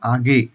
आगे